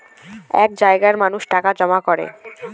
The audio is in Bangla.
এক জায়গায় মানুষ টাকা জমা রাখে